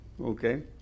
okay